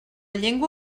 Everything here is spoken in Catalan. llengua